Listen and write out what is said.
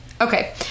okay